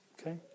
Okay